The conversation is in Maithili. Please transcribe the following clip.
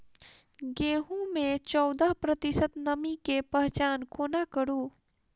गेंहूँ मे चौदह प्रतिशत नमी केँ पहचान कोना करू?